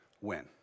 win